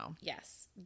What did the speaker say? Yes